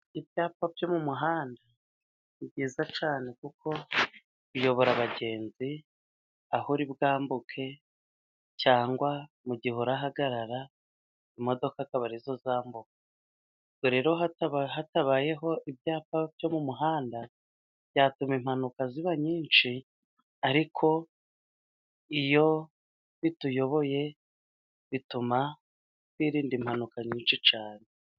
Ibyapa byo mu muhanda ni byiza cyane, kuko biyobora abagenzi, aho uri bwambuke cyangwa mu gihe urahagarara imodoka zikaba ari zo zambuka. Ubwo rero hatabayeho ibyapa byo mu muhanda, byatuma impanuka ziba nyinshi, ariko iyo bituyoboye, bituma twirinda impanuka nyinshi cyane.